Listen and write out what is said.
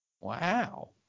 wow